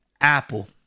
Apple